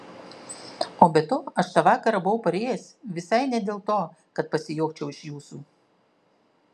o be to aš tą vakarą buvau parėjęs visai ne dėl to kad pasijuokčiau iš jūsų